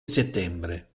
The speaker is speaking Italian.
settembre